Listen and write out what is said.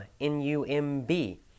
N-U-M-B